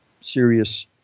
serious